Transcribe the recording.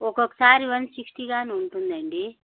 ఒక్కొక్కసారి one sixty కానీ ఉంటుంది అండి